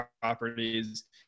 properties